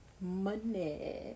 money